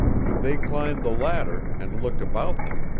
when they climbed the ladder, and looked about them,